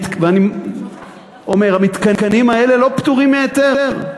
ואני אומר: המתקנים האלה לא פטורים מהיתר.